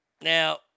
Now